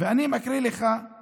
אני מקריא לך את